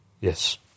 Yes